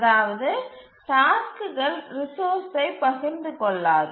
அதாவது டாஸ்க்குகள் ரிசோர்ஸ்சை பகிர்ந்து கொள்ளாது